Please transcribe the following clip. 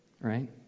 right